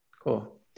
Cool